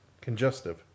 Congestive